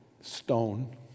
stone